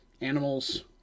Animals